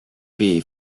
bee